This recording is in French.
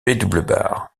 symbole